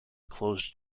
closed